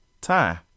time